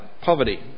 poverty